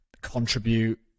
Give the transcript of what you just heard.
contribute